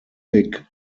thick